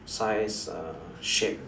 size shape